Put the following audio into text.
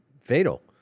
fatal